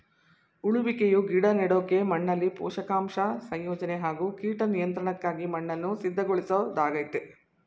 ಉಳುವಿಕೆಯು ಗಿಡ ನೆಡೋಕೆ ಮಣ್ಣಲ್ಲಿ ಪೋಷಕಾಂಶ ಸಂಯೋಜನೆ ಹಾಗೂ ಕೀಟ ನಿಯಂತ್ರಣಕ್ಕಾಗಿ ಮಣ್ಣನ್ನು ಸಿದ್ಧಗೊಳಿಸೊದಾಗಯ್ತೆ